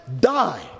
die